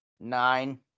Nine